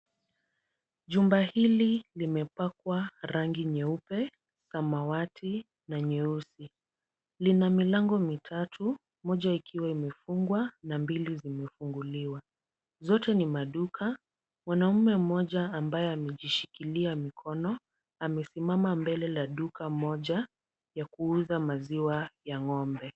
Jumba hili limepakwa rangi nyeupe, samawati na nyeusi. Lina milango mitatu, moja ikiwa imefungwa na mbili zimefunguliwa. Zote ni maduka. Mwanaume mmoja ambaye amejishikilia mikono, amesimama mbele la duka moja, ya kuuza maziwa ya ng'ombe.